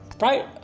right